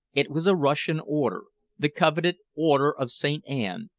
it was a russian order the coveted order of saint anne,